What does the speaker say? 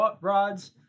Rods